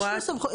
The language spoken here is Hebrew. יש סמכות.